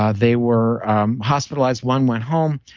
ah they were um hospitalized, one went home,